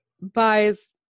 buys